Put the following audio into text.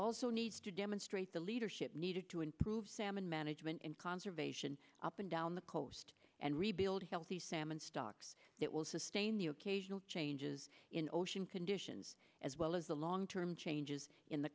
also needs to demonstrate the leadership needed to improve salmon management and conservation up and down the coast and rebuild healthy salmon stocks that will sustain the occasional changes in ocean conditions as well as the long term changes in the